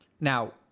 Now